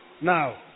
Now